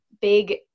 big